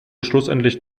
schlussendlich